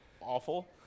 awful